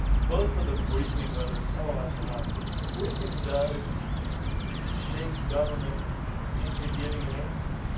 both for the briefing, whether it's televised or not, but the the briefing does shape government into giving an answer.